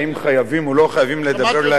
אם חייבים או לא חייבים לדבר לעניין.